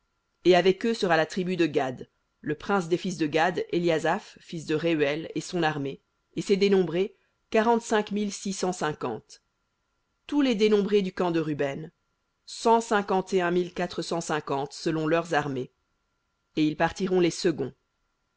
et sera la tribu de gad le prince des fils de gad éliasaph fils de rehuel et son armée et ses dénombrés quarante-cinq mille six cent cinquante tous les dénombrés du camp de ruben cent cinquante et un mille quatre cent cinquante selon leurs armées et ils partiront les seconds